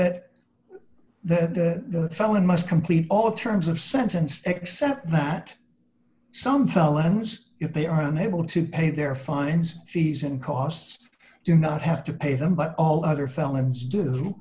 that the felon must complete all terms of sentence except that some felons if they are unable to pay their fines fees and costs do not have to pay them but all other felons do